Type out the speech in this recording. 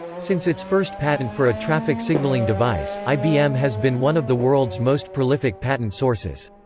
since its first patent for a traffic signaling device, ibm has been one of the world's most prolific patent sources.